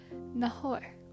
Nahor